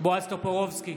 בועז טופורובסקי,